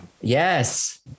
Yes